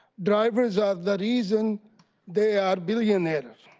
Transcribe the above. drivers are the reason they are billionaires.